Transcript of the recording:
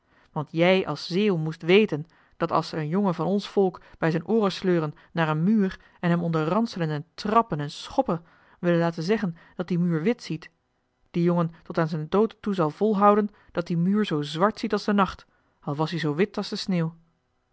want jij als zeeuw moest weten dat als ze een jongen van ons volk bij z'n ooren sleuren naar een muur en hem onder ranselen en trappen en schoppen willen laten zeggen dat die muur wit ziet die jongen tot aan z'n dood toe zal volhouden dat die muur zoo zwart ziet als de nacht al was ie zoo wit als de sneeuw